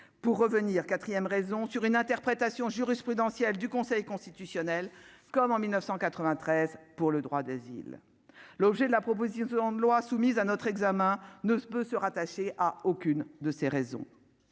pour revenir quatrième raison sur une interprétation jurisprudentielle du Conseil constitutionnel, comme en 1993 pour le droit d'asile, l'objet de la proposition de loi soumise à notre examen ne se peut se rattacher à aucune de ces raisons